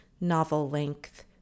novel-length